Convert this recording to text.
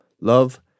Love